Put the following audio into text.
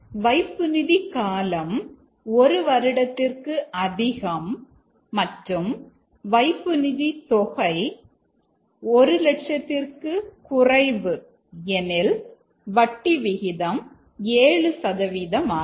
வைப்புநிதி காலம் 1 வருடம் மற்றும் வைப்பு நிதி தொகை 1 லட்சம் எனில் வட்டி விகிதம் 7 சதவீதமாகும்